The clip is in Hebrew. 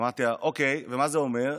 אמרתי לה: אוקיי, מה זה אומר?